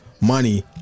money